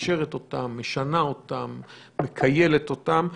מאשרת אותן, משנה אותן ומכיילת אותן.